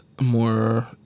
More